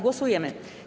Głosujemy.